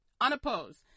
unopposed